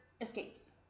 escapes